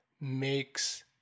makes